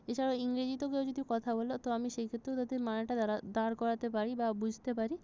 এছাড়াও ইংরেজিতেও কেউ যদি কথা বলে তো আমি সেই ক্ষেত্রেও তাদের মানেটা দ্বারা দাঁড় করাতে পারি বা বুঝতে পারি